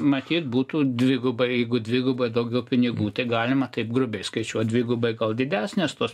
matyt būtų dvigubai jeigu dvigubai daugiau pinigų tai galima taip grubiai skaičiuot dvigubai didesnės tos